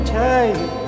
take